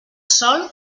sol